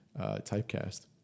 typecast